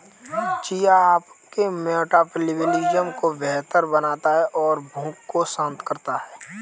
chia आपके metabolism को बेहतर बनाता है और भूख को शांत करता है